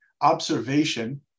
observation